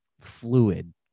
fluid